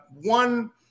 one